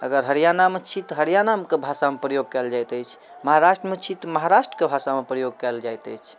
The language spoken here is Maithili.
अगर हरियाणा मे छी तऽ हरियाणाके भाषामे प्रयोग कएल जाइत अछि महाराष्ट्र मे छी तऽ महाराष्ट्रके भाषामे प्रयोग कएल जाइत अछि